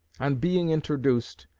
on being introduced,